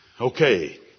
Okay